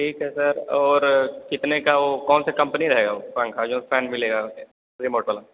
ठीक है सर और कितने का ओ कौन से कम्पनी रहेगा ओ पंखा जो फैन मिलेगा रीमोट वाला